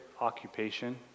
occupation